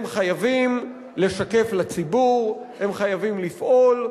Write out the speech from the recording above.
הם חייבים לשקף לציבור, הם חייבים לפעול.